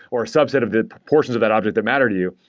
or a subset of the portions of that object that matter to you,